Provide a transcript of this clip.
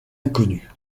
inconnue